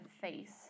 face